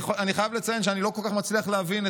אני חייב לציין שאני לא כל כך מצליח להבין.